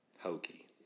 hokey